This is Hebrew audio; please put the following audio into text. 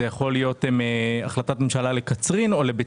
זה יכול להיות החלטת ממשלה לקצרין או בית